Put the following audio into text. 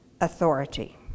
authority